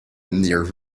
near